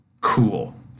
cool